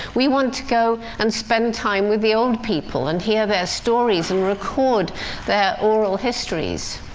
we want to go and spend time with the old people and hear their stories and record their oral histories.